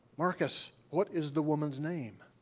marcus, what is the woman's name?